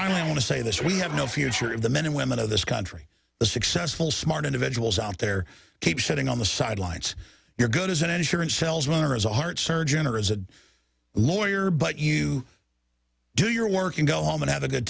going to say this we have no future of the men and women of this country the successful smart individuals out there keep sitting on the sidelines you're good as an insurance salesman or as a heart surgeon or as a lawyer but you do your work and go home and have a good